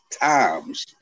times